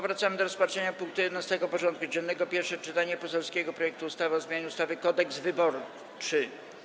Powracamy do rozpatrzenia punktu 11. porządku dziennego: Pierwsze czytanie poselskiego projektu ustawy o zmianie ustawy Kodeks wyborczy.